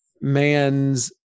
man's